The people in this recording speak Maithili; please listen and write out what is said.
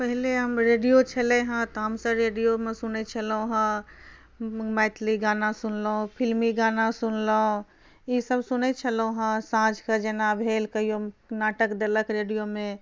पहिले हम रेडिओ छलै हँ तऽ हमसब रेडिओमे सुनै छलहुँ हँ मैथिली गाना सुनलहुँ फिलमी गाना सुनलहुँ ईसब सुनै छलहुँ हँ साँझके जेना भेल कहिओ नाटक देलक रेडिओमे